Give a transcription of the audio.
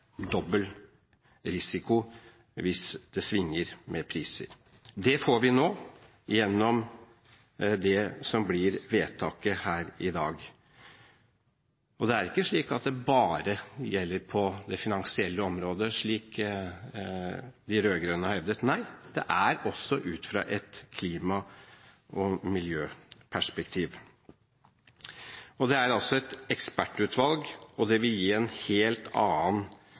risiko hvis prisene svinger. Det får vi nå gjennom det som blir vedtaket her i dag. Det er ikke slik at det bare gjelder på det finansielle området, slik de rød-grønne har hevdet. Nei, det er også ut fra et klima- og miljøperspektiv. Nå får vi altså et ekspertutvalg, og det vil gi en helt annen